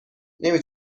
نمی